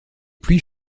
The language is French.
pluies